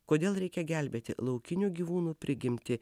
kodėl reikia gelbėti laukinių gyvūnų prigimtį